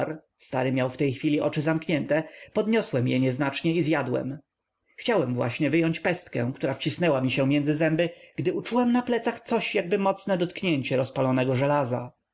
widząc że jedno ziarno upadło na kontuar stary miał w tej chwili oczy zamknięte podniosłem je nieznacznie i zjadłem chciałem właśnie wyjąc pestkę która wcisnęła się mi między zęby gdy uczułem na plecach coś jakby mocne dotknięcie rozpalonego żelaza